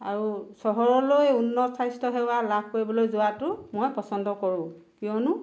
আৰু চহৰলৈ উন্নত স্বাস্থ্য সেৱা লাভ কৰিবলৈ যোৱাতো মই পচন্দ কৰোঁ কিয়নো